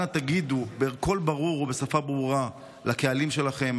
אנא, תגידו בקול ברור ובשפה ברורה לקהלים שלכם.